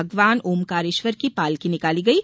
भगवान ओमकारेश्वर की पालकी निकाली गयी